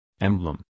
Emblem